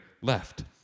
left